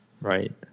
Right